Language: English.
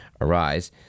arise